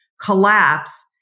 collapse